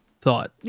thought